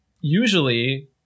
usually